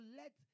let